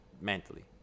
mentally